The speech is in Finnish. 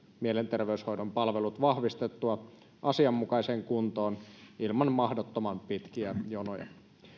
mielenterveyshoidon palvelut vahvistettua asianmukaiseen kuntoon ilman mahdottoman pitkiä jonoja